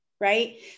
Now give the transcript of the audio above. right